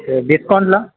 డిస్కౌంట్లో